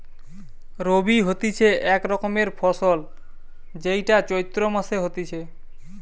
রবি হতিছে এক রকমের ফসল যেইটা চৈত্র মাসে হতিছে